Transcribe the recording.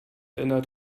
ändert